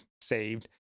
saved